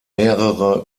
mehrere